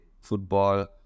Football